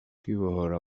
kwibohora